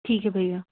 ठीक है भैया